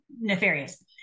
nefarious